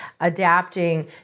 adapting